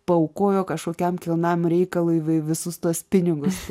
paaukojo kažkokiam kilnam reikalui vi visus tuos pinigus